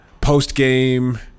post-game